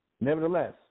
Nevertheless